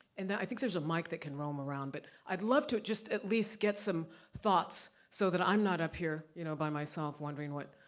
and i think there's a mic that can roam around but, i'd love to, just at least, get some thoughts, so that i'm not up here you know by myself, wondering what,